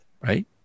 right